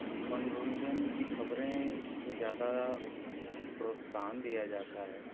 मनोरंजन की खबरें को ज़्यादा प्रोत्साहन दिया जाता है